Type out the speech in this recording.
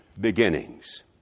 beginnings